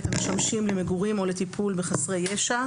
המשמשים למגורים או לטיפול בחסרי ישע,